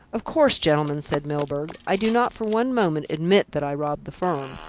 of course, gentlemen, said milburgh, i do not for one moment admit that i robbed the firm,